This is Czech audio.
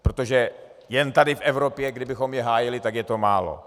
Protože jen tady v Evropě, kdybychom je hájili, tak je to málo.